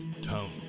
tone